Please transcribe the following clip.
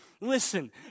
Listen